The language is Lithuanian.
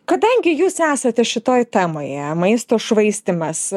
kadangi jūs esate šitoj temoje maisto švaistymas